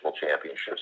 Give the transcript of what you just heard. championships